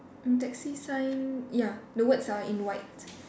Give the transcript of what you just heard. mm taxi sign ya the words are in white